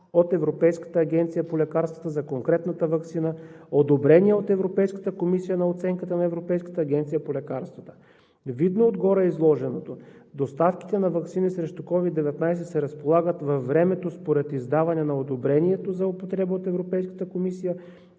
от Европейската агенция по лекарствата за конкретната ваксина, одобрение от Европейската комисия на оценката на Европейската агенция по лекарствата. Видно от гореизложеното, доставките на ваксини срещу COVID-19 се разполагат във времето според издаване на одобрението за употреба от Европейската комисия